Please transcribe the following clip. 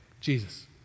Jesus